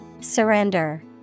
Surrender